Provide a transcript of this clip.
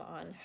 on